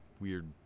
weird